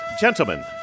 gentlemen